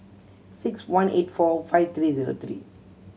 six one eight four five three zero three